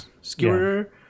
Skewer